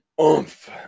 Oomph